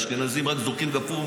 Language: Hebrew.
אשכנזים רק זורקים גפרור,